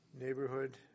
neighborhood